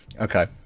okay